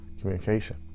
communication